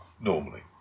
normally